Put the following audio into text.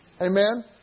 Amen